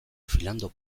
philando